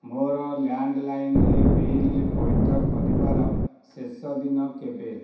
ମୋ'ର landline bill ପଇଠ କରିବାର ଶେଷ ଦିନ କେବେ